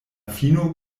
fino